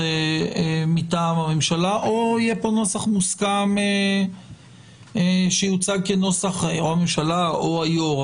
מטעם הממשלה או יהיה פה נוסח מוסכם שיוצג הממשלה או היו"ר.